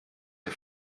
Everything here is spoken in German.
der